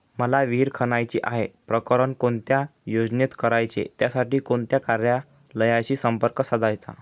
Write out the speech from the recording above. मला विहिर खणायची आहे, प्रकरण कोणत्या योजनेत करायचे त्यासाठी कोणत्या कार्यालयाशी संपर्क साधायचा?